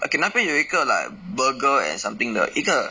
okay 那边有一个 like burger and something 的一个